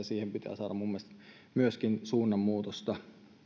siihen pitää saada mielestäni myöskin suunnanmuutosta